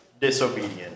disobedient